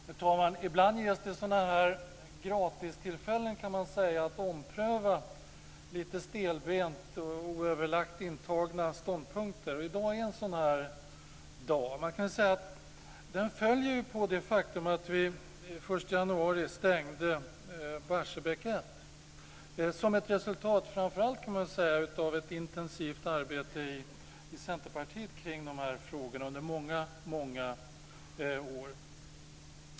Herr talman! Ibland ges det gratistillfällen att ompröva lite stelbent och oöverlagt intagna ståndpunkter. I dag är en sådan dag. Den följer på det faktum att vi den 1 januari stängde Barsebäck 1 - framför allt, kan man säga, som ett resultat av ett intensivt arbete i Centerpartiet kring de här frågorna under många år.